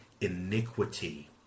iniquity